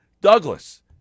Douglas